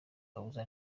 kabuza